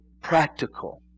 practical